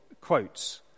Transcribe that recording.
quotes